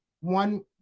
one